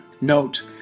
Note